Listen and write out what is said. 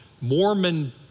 Mormon